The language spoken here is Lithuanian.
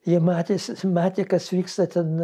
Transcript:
jie matėsi matė kas vyksta ten